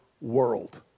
world